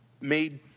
made